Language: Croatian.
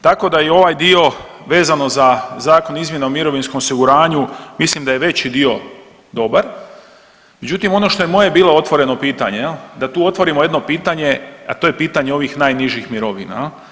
Tako da i ovaj dio vezano za zakon o izmjena o mirovinskom osiguranju, mislim da je veći dio dobar, međutim, ono što je moje bilo otvoreno pitanje je da tu otvorimo jedno pitanje, a to je pitanje ovih najnižih mirovina.